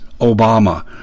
obama